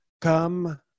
come